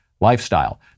lifestyle